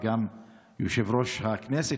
וגם יושב-ראש הכנסת,